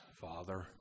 Father